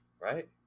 right